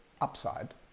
upside